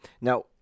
Now